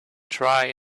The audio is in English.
try